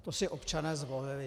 To si občané zvolili.